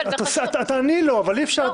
אי-אפשר.